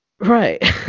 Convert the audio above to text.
right